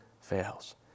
fails